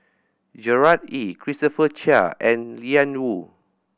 Gerard Ee Christopher Chia and Ian Woo